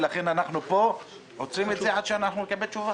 לכן אנחנו פה עוצרים את הבקשה עד שנקבל תשובה.